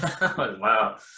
Wow